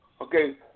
Okay